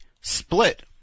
split